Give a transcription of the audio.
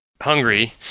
hungry